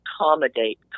accommodate